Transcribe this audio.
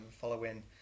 following